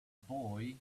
boy